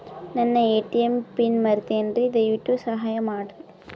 ನನ್ನ ATM pin ಮರೆತೇನ್ರೀ, ದಯವಿಟ್ಟು ಸಹಾಯ ಮಾಡ್ರಿ